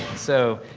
so,